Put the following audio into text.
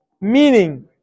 meaning